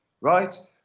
right